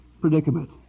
predicament